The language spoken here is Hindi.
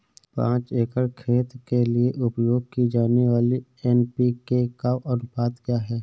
पाँच एकड़ खेत के लिए उपयोग की जाने वाली एन.पी.के का अनुपात क्या है?